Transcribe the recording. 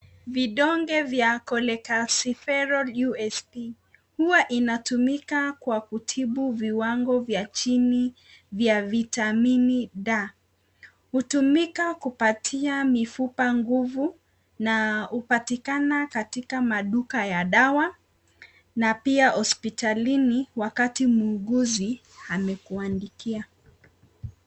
Ni vidonge vya Cholecalciferol USP . Huwa inatumika kwa kutibu viwango vya chini vya vitamini D. Hutumika kupatia mifupa nguvu na upatikana katika maduka ya dawa na pia hospitalini wakati muuguzi amekuandikia.